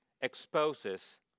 exposes